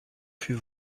fut